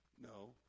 No